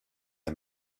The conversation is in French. est